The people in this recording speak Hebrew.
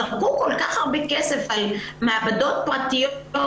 זרקו כל-כך הרבה כסף על מעבדות פרטיות.